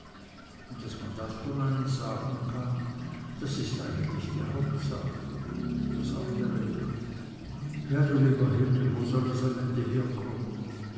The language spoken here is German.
und daß man das von einem sagen kann das ist eigentlich die hauptsache das andre ja du lieber himmel wo soll es am ende herkommen